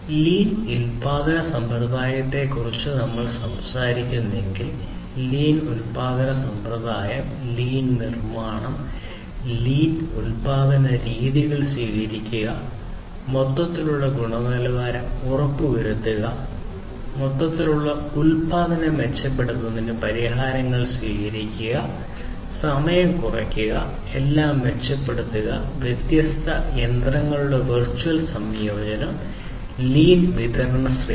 lean ഉൽപാദന സമ്പ്രദായത്തെക്കുറിച്ചാണ് നമ്മൾ സംസാരിക്കുന്നതെങ്കിൽ ലീൻ ഉൽപാദന സമ്പ്രദായം ലീൻ നിർമ്മാണം ലീൻ ഉൽപാദന രീതികൾ സ്വീകരിക്കുക മൊത്തത്തിലുള്ള ഗുണനിലവാരം ഉറപ്പുവരുത്തുക മൊത്തത്തിലുള്ള ഉൽപാദനം മെച്ചപ്പെടുത്തുന്നതിന് പരിഹാരങ്ങൾ സ്വീകരിക്കുക സമയം കുറയ്ക്കുക എല്ലാം മെച്ചപ്പെടുത്തുക വ്യത്യസ്ത യന്ത്രങ്ങളുടെ വെർച്വൽ സംയോജനം ലീൻ വിതരണ ശൃംഖല